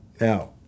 Now